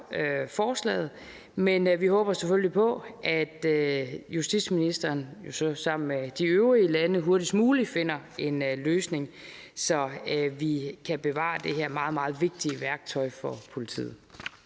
forslaget, men vi håber selvfølgelig, at justitsministeren sammen med de øvrige lande hurtigst muligt finder en løsning, så vi kan bevare det her meget, meget vigtige værktøj for politiet.